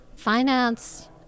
Finance